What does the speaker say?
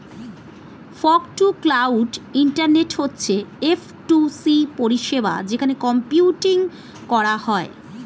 fog to cloud internet হচ্ছে F to C পরিষেবা যেখানে কম্পিউটিং করা হয়